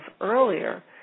earlier